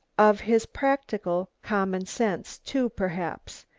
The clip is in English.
of his practical common-sense, too, perhaps.